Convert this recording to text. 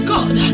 God